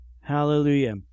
Hallelujah